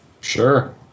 Sure